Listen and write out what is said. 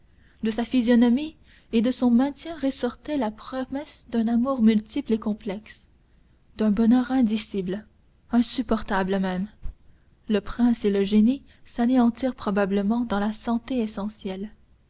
de sa physionomie et de son maintient ressortait la promesse d'un amour multiple et complexe d'un bonheur indicible insupportable même le prince et le génie s'anéantirent probablement dans la santé essentielle